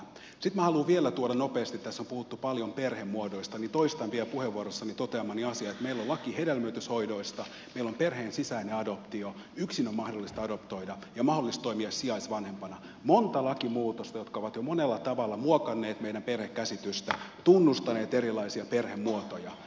sitten minä haluan vielä nopeasti kun tässä on puhuttu paljon perhemuodoista toistaa puheenvuorossani toteamani asian että meillä on laki hedelmöityshoidoista meillä on perheen sisäinen adoptio yksin on mahdollista adoptoida ja mahdollista toimia sijaisvanhempana monta lakimuutosta jotka ovat jo monella tavalla muokanneet meidän perhekäsitystämme tunnustaneet erilaisia perhemuotoja